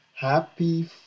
Happy